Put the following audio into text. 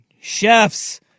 Chefs